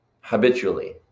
habitually